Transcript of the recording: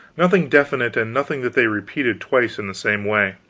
nothing definite and nothing that they repeated twice in the same way.